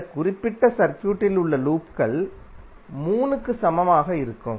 அந்த குறிப்பிட்ட சர்க்யூட்டில் உள்ள லூப்கள் 3 க்கு சமமாக இருக்கும்